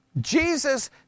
Jesus